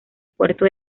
puerto